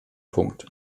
punkt